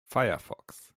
firefox